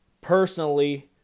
personally